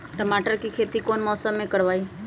टमाटर की खेती कौन मौसम में करवाई?